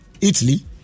Italy